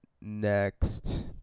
next